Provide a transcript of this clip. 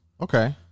Okay